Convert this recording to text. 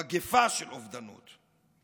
מגפה של אובדנות.